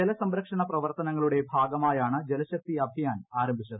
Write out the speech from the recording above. ജലസംരക്ഷണ പ്രവർത്തനങ്ങളുടെ ഭാഗമായാണ് ജലശക്തി അഭിയാൻ ആരംഭിച്ചത്